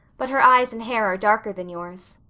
but her eyes and hair are darker than yours.